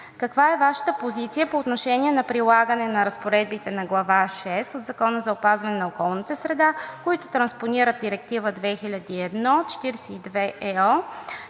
каква е Вашата позиция по отношение на прилагане на разпоредбите на Глава шеста от Закона за опазване на околната среда, които транспонират Директива 2001/42